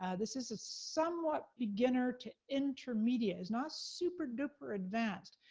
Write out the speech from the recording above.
ah this is a somewhat beginner to intermediate. it's not super-duper advanced.